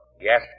yes